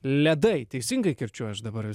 ledai teisingai kirčiuoju aš dabar